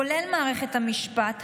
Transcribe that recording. כולל מערכת המשפט,